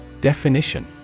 Definition